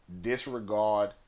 disregard